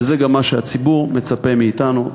וזה גם מה שהציבור מצפה מאתנו.